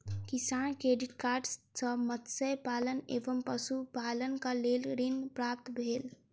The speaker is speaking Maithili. किसान क्रेडिट कार्ड सॅ मत्स्य पालन एवं पशुपालनक लेल ऋण प्राप्त भेल